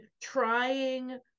trying